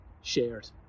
shared